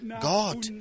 God